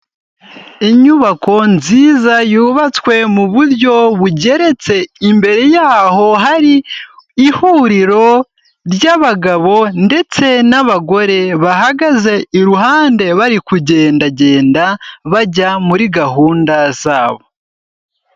Inyubako nziza yubatswe mu buryo bugeretse. Imbere yaho hari ihuriro ry'abagabo ndetse n'abagore bahagaze iruhande bari kugendagenda bajya muri gahunda zabo.